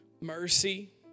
mercy